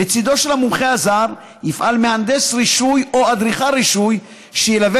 לצידו של המומחה הזר יפעל מהנדס רשוי או אדריכל רשוי שילווה